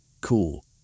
cool